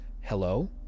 hello